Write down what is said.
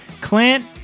Clint